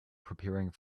preparing